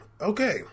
Okay